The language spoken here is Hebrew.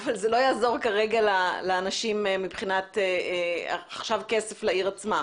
אבל כרגע זה לא יעזור לאנשים מבחינת כסף לעיר עצמה.